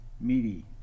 meaty